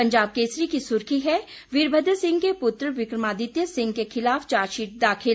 पंजाब केसरी की सुर्खी है वीरमद्र सिंह के पुत्र विकमादित्य सिंह के खिलाफ चार्जशीट दाखिल